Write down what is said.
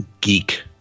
geek